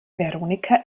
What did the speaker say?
veronika